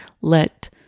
let